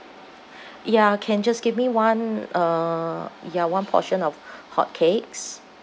ya can just give me one uh ya one portion of hotcakes